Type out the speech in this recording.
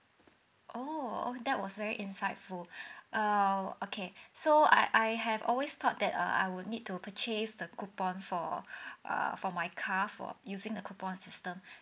orh oh that was very insightful err okay so I I have always thought that uh I will need to purchase the coupon for err for my car for using the coupon system